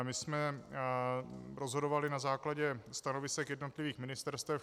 My jsme rozhodovali na základě stanovisek jednotlivých ministerstev.